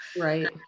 Right